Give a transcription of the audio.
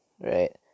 Right